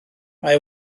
mae